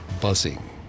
buzzing